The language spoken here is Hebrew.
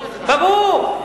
ברור.